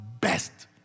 best